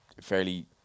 fairly